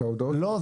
לא,